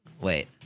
Wait